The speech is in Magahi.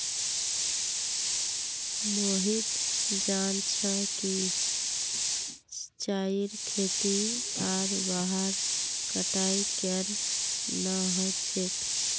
मोहित जान छ कि चाईर खेती आर वहार कटाई केन न ह छेक